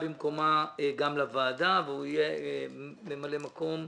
והוא יהיה ממלא מקום.